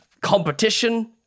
competition